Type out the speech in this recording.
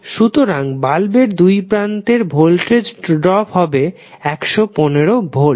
সুতরাং বাল্বের দুই প্রান্তের ভোল্টেজ ড্রপ হবে 115 ভোল্ট